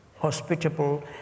hospitable